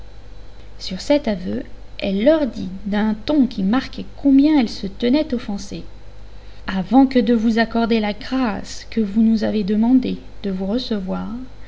sur cet aveu elle leur dit d'un ton qui marquait combien elle se tenait offensée avant que de vous accorder la grâce que vous nous avez demandée de vous recevoir